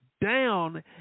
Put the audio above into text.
down